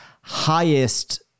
highest